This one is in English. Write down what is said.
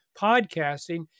podcasting